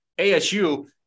asu